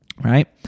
Right